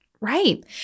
Right